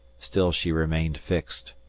still she remained fixed.